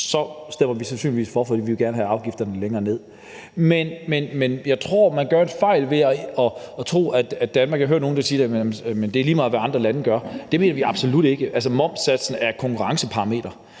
stemmer vi sandsynligvis for, for vi vil gerne have afgifterne længere ned. Men jeg tror, at man begår en fejl ved at tro, at det er lige meget, hvad andre lande gør – det hørte jeg nogle sige. Det mener vi absolut ikke. Altså, momssatsen er et konkurrenceparameter,